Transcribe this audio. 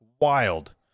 Wild